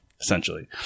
essentially